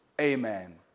amen